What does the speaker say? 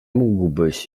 mógłbyś